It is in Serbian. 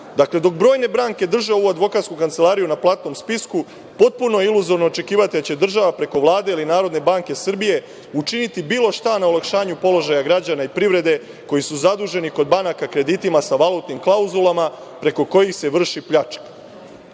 dok brojne banke drže ovu advokatsku kancelariju na platnom spisku, potpuno je iluzorno očekivati da će država preko Vlade ili preko Narodne banke Srbije učiniti bilo šta na olakšanju položaja građana i privrede koji su zaduženi kod banaka kreditima sa valutnim klauzulama preko kojih se vrši pljačka.